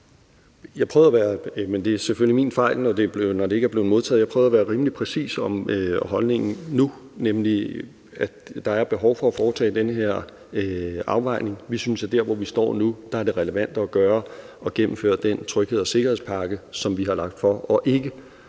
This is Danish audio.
Jeg prøvede at være rimelig præcis i min holdning nu, nemlig at der er et behov for at foretage den her afvejning. Vi synes, at der, hvor vi står nu, er det relevante at gøre at gennemføre den trygheds- og sikkerhedspakke, som vi har lagt frem,